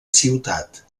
ciutat